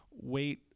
wait